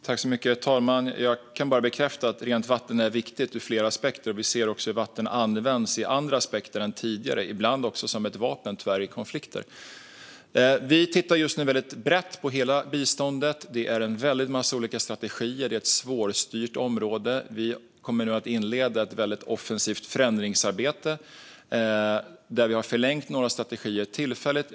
Herr talman! Jag kan bara bekräfta att rent vatten är viktigt ur flera aspekter. Vi ser också hur vatten används i andra aspekter än tidigare, ibland tyvärr också som ett vapen i konflikter. Vi tittar just nu väldigt brett på hela biståndet. Det är en väldig massa olika strategier. Det är ett svårstyrt område. Vi kommer nu att inleda ett väldigt offensivt förändringsarbete där vi har förlängt några strategier tillfälligt.